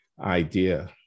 idea